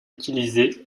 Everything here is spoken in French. utilisé